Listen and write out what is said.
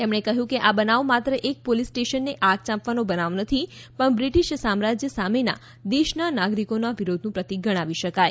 તેમણે કહ્યું કે આ બનાવ માત્ર એક પોલીસ સ્ટેશનને આગ ચાંપવાનો બનાવ નથી પણ બ્રિટિશ સામ્રાજ્ય સામેના દેશના નાગરિકોનું વિરોધનું પ્રતિક ગણાવી શકાય